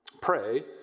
pray